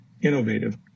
innovative